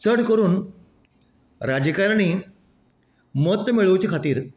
चड करून राजकारणी मतां मेळोवचे खातीर